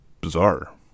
bizarre